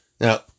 Now